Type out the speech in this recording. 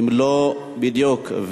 אם לא, בדיוק.